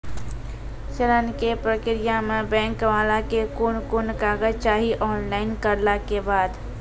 ऋण के प्रक्रिया मे बैंक वाला के कुन कुन कागज चाही, ऑनलाइन करला के बाद?